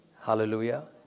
Hallelujah